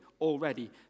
already